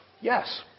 Yes